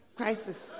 crisis